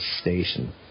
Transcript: station